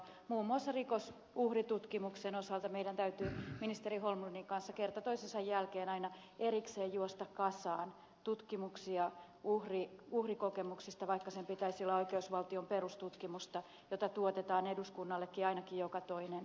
muun muassa rikosuhritutkimuksen osalta meidän täytyy ministeri holmlundin kanssa kerta toisensa jälkeen aina erikseen juosta kasaan tutkimuksia uhrikokemuksista vaikka sen pitäisi olla oikeusvaltion perustutkimusta jota tuotetaan eduskunnallekin ainakin joka toinen vuosi